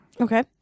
Okay